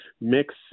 mix